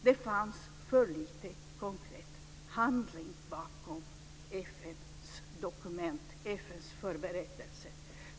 Det fanns för lite konkret handling bakom FN:s förberedande dokument.